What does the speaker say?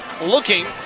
looking